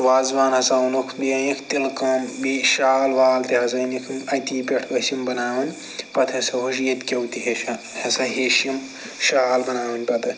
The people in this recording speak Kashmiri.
وازٕوان ہسا اونُکھ بییٚہِ انِکھۍ تِلہٕ کٲم بییٚہِ شال وال تہِ حظ انِکھ یِم اتی پٮ۪ٹھ ٲسۍ یِم بناوان پتہٕ ہسا ہیٛوچھ یتکیٚو تہِ ہیٚچھن ہسا ہیٚوچھِ یِم شال بناوٕنۍ پتہٕ